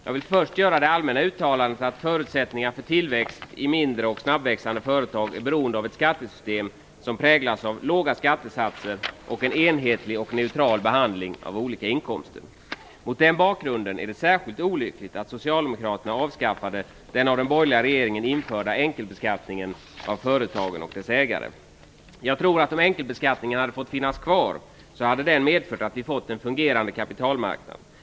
Jag vill först göra det allmänna uttalandet att förutsättningar för tillväxt i mindre och snabbväxande företag är beroende av ett skattesystem som präglas av låga skattesatser och en enhetlig och neutral behandling av olika inkomster. Mot den bakgrunden är det särskilt olyckligt att socialdemokraterna avskaffade den av den borgerliga införda enkelbeskattningen av företagen och dess ägare. Jag tror att om enkelbeskattningen hade fått finnas kvar hade den medfört att vi hade fått en fungerande kapitalmarknad.